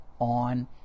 on